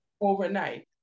Overnight